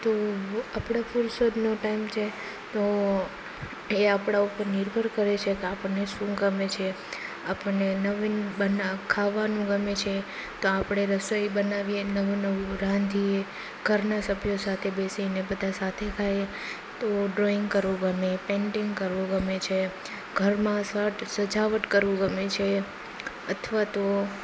તો આપણો ફુરસદનો ટાઈમ છે તો એ આપણા ઉપર નિર્ભર કરે છે કે આપણને શું ગમે છે આપણને નવીન બના ખાવાનું ગમે છે તો આપણે રસોઈ બનાવીએ નવું નવું રાંધીએ ઘરના સભ્યો સાથે બેસીને બધા સાથે ખાઈએ તો ડ્રોઇંગ કરવું ગમે પેઇન્ટિંગ કરવું ગમે છે ઘરમાં સટ સજાવટ કરવું ગમે છે અથવા તો